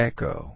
Echo